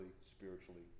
spiritually